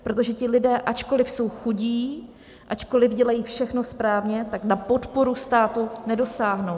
Protože ti lidé, ačkoliv jsou chudí, ačkoliv dělají všechno správně, tak na podporu státu nedosáhnou.